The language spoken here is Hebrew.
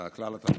תודה,